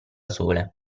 sole